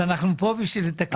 אז אנחנו פה בשביל לתקן.